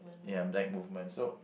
ya black movement so